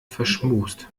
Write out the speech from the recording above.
verschmust